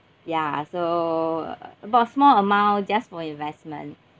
ya so about small amount just for investment